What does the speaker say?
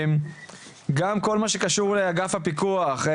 גם כל מה שקשור לאגף הפיקוח,